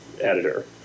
editor